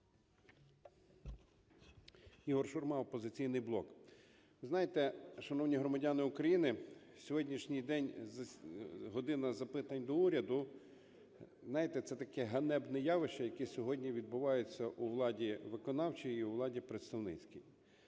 Ігор Шурма, "Опозиційний блок". Ви знаєте, шановні громадяни України, сьогоднішній день, "година запитань до Уряду", знаєте, це таке ганебне явище, яке сьогодні відбувається у владі виконавчій і у владі представницькій.